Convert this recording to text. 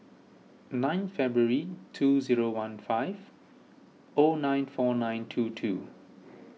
nine February two zero one five O nine four nine two two